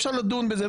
אפשר לדון בזה.